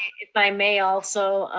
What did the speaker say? if i may also,